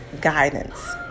guidance